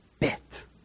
bit